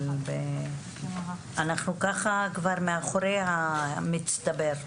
אנחנו מאחורי "המצטבר".